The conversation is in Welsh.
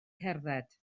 cerdded